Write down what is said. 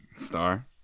Star